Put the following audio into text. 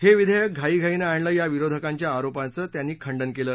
हे विधेयक घाईघाईनं आणलं या विरोधकांच्या आरोपाचं त्यांनी खंडन केलं